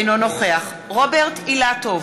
אינו נוכח רוברט אילטוב,